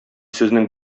сезнең